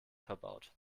verbaut